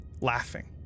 laughing